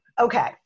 Okay